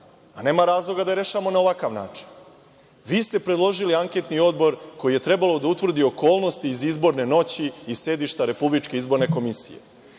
a nema razloga da je rešavamo na ovakav način. Vi ste predložili anketni odbor koji je trebalo da utvrdi okolnosti iz izborne noći i sedišta RIK. Vi ste kao